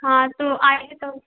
हाँ तो आइए तो